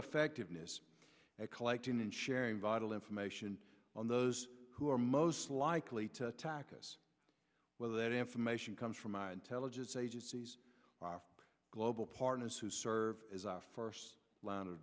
effective it is at collecting and sharing vital information on those who are most likely to attack us whether that information comes from my intelligence agencies global partners who serve as our first l